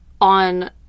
on